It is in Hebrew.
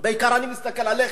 בעיקר אני מסתכל עליך: